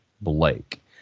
blake